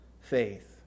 faith